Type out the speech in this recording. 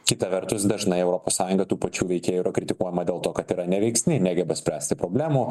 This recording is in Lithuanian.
kita vertus dažnai europos sąjunga tų pačių veikėjų yra kritikuojama dėl to kad yra neveiksni negeba spręsti problemų